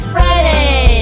Friday